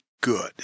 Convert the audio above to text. good